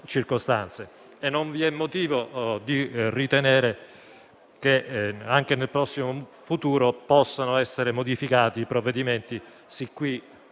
e non vi è motivo di ritenere che, anche nel prossimo futuro, non possano essere modificati i provvedimenti sin qui adottati,